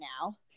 now